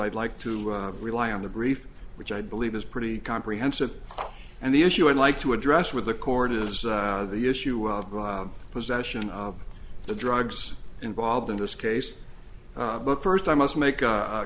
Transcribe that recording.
i'd like to rely on the brief which i believe is pretty comprehensive and the issue i'd like to address with the court is the issue of possession of the drugs involved in this case but first i must make a